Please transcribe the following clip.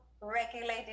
regulated